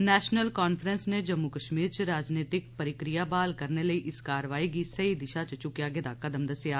national Conference नै जम्मू कश्मीर च राजनीतिक प्रक्रिया ब्हाल करने लेई इस कारवाई गी सहेई दिशा च चुक्केआ गेदा कदम दस्सेआ